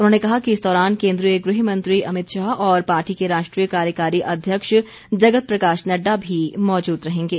उन्होंने कहा कि इस दौरान केन्द्रीय गृह मंत्री अमित शाह और पार्टी के राष्ट्रीय कार्यकारी अध्यक्ष जगत प्रकाश नड़डा भी मौजूद रहेंगे